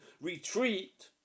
retreat